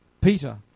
Peter